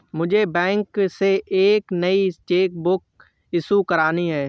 मुझे बैंक से एक नई चेक बुक इशू करानी है